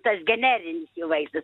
tas generinis jų vaistas